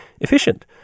efficient